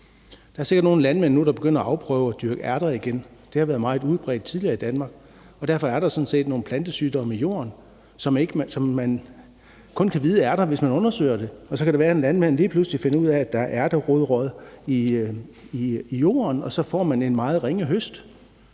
Der er sikkert nogle landmænd, der nu begynder at afprøve at dyrke ærter igen. Det har været meget udbredt tidligere i Danmark, og derfor er der sådan set nogle plantesygdomme i jorden, som man kun kan vide er der, hvis man undersøger det. Så kan det være, at en landmand lige pludselig finder ud af, at der er ærterodråd i jorden, og så får man en meget ringe høst.